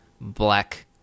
black